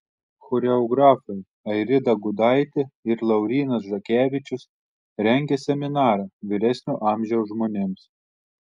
choreografai airida gudaitė ir laurynas žakevičius rengia seminarą vyresnio amžiaus žmonėms